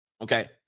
okay